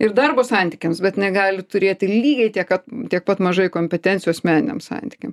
ir darbo santykiams bet negali turėti lygiai tiek kad tiek pat mažai kompetencijos meniniam santykiam